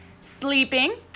sleeping